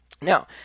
Now